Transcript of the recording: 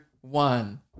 one